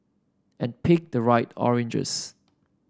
and pick the right oranges